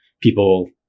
people